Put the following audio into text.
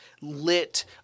lit